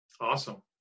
Awesome